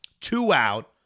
two-out